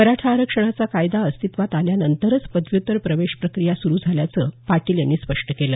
मराठा आरक्षणाचा कायदा अस्तित्त्वात आल्यानंतरच पदव्युत्तर प्रवेश प्रक्रिया सुरू झाल्याचं पाटील यांनी स्पष्ट केलं